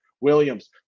Williams